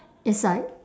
is like